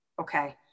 Okay